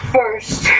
First